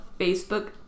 Facebook